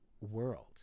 world